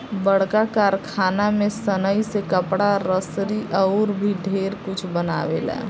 बड़का कारखाना में सनइ से कपड़ा, रसरी अउर भी ढेरे कुछ बनावेला